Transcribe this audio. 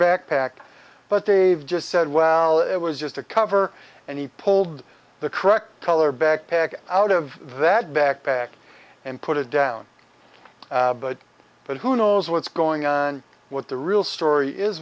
backpack but they've just said well it was just a cover and he pulled the correct color backpack out of that backpack and put it down but who knows what's going on what the real story is